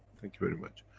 thank you very much.